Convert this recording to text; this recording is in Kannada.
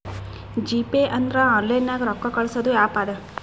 ಜಿಪೇ ಅಂದುರ್ ಆನ್ಲೈನ್ ನಾಗ್ ರೊಕ್ಕಾ ಕಳ್ಸದ್ ಆ್ಯಪ್ ಅದಾ